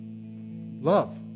love